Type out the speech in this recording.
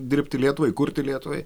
dirbti lietuvai kurti lietuvai